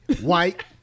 white